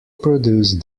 produced